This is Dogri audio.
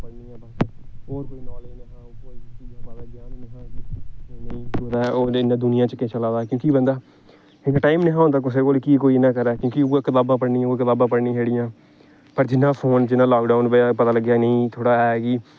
होर इसलै दुनिया च केह् चला दा क्योंकि बंदा क्योंकि टाइम नेईं हा होंदा कुसै कोल कि कोई इ'यां करै क्योंकि उ'ऐ कताबां पढ़नियां उ'यै कताबां पढ़नियां छड़ियां पर जियां फोन जियां लाकडाउन दी बजह् कन्नै पता लग्गेआ कि नेई थोह्ड़ा ऐ कि